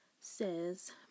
says